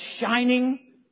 shining